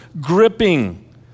gripping